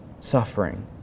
suffering